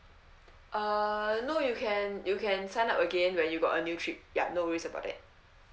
uh no you can you can sign up again when you got a new trip ya no worries about that